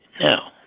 Now